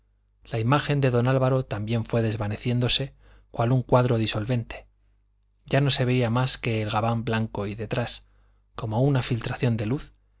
la imagen de don álvaro también fue desvaneciéndose cual un cuadro disolvente ya no se veía más que el gabán blanco y detrás como una filtración de luz